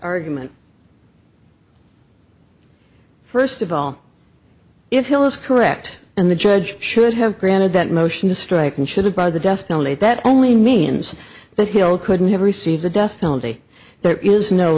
argument first of all if hill is correct and the judge should have granted that motion to strike and should have by the death penalty that only means that he'll couldn't have received the death penalty there is no